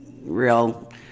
real